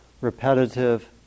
repetitive